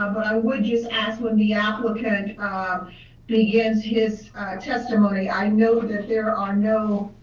ah but i would just ask when the applicant um begins his testimony. i know that there are no.